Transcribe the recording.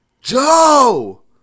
Joe